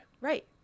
Right